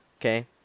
Okay